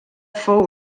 fou